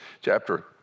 chapter